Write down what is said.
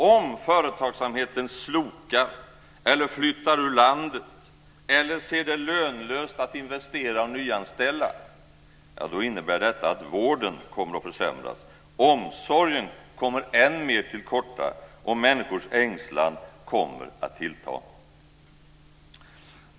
Om företagsamheten slokar eller flyttar ur landet eller ser det lönlöst att investera och nyanställa, då innebär detta att vården kommer att försämras, omsorgen kommer än mer till korta och människors ängslan kommer att tillta.